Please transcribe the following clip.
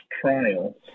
trials